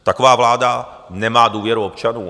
Taková vláda nemá důvěru občanů.